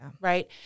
Right